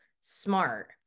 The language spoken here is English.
smart